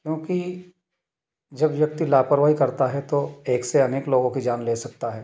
क्योंकि जब व्यक्ति लापरवाही करता है तो एक से अनेक लोगों की जान ले सकता है